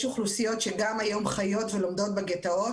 אוכלוסיות שגם היום חיות ולומדות בגטאות,